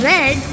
Red